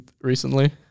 recently